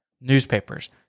newspapers